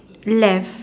left